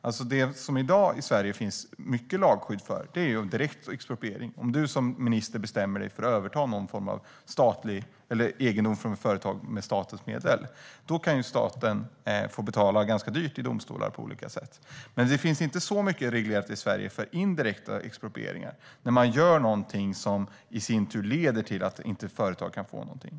Det som det i dag i Sverige finns mycket lagskydd för är direkt expropriering. Om du som minister bestämmer dig för att överta någon form av egendom från företag med statens medel kan staten få betala ganska dyrt i domstolar på olika sätt. Men det finns inte så mycket reglerat i Sverige när det gäller indirekta exproprieringar, när man gör någonting som i sin tur leder till att företag inte kan få någonting.